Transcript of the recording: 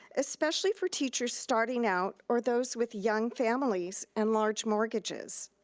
especially for teachers starting out or those with young families and large mortgages.